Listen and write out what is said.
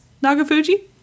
Nagafuji